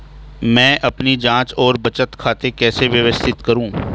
मैं अपनी जांच और बचत खाते कैसे व्यवस्थित करूँ?